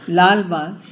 Lalbagh